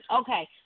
okay